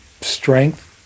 strength